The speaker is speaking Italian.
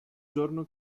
giorno